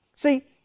See